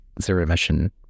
zero-emission